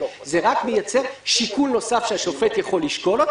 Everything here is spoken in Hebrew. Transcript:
זה רק מייצר שיקול נוסף שהשופט יכול לשקול.